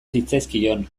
zitzaizkion